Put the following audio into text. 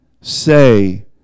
say